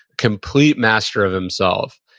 complete master of themselves.